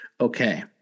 Okay